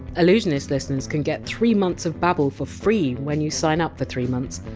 allusionist listeners can get three months of babbel for free when you sign up for three months.